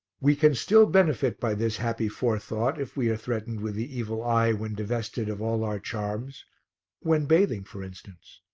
we can still benefit by this happy forethought if we are threatened with the evil eye when divested of all our charms when bathing for instance.